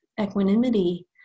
equanimity